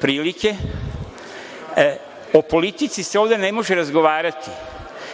prilike. O politici se ovde ne može razgovarati,